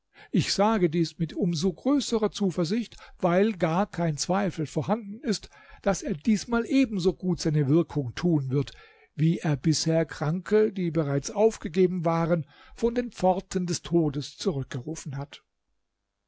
ich sage dies mit um so größerer zuversicht weil gar kein zweifel vorhanden ist daß er diesmal ebenso gut seine wirkung tun wird wie er bisher kranke die bereits aufgegeben waren von den pforten des todes zurückgerufen hat